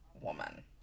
woman